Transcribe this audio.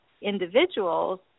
individuals